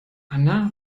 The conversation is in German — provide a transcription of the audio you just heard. anna